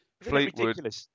Fleetwood